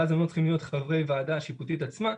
ואז הם לא צריכים להיות חברי הוועדה השיפוטית עצמה.